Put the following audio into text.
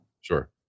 Sure